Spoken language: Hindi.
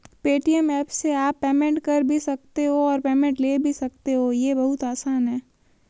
पेटीएम ऐप से आप पेमेंट कर भी सकते हो और पेमेंट ले भी सकते हो, ये बहुत आसान है